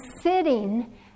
sitting